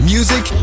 Music